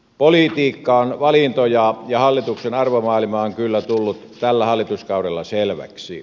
politiikka on valintoja ja hallituksen arvomaailma on kyllä tullut tällä hallituskaudella selväksi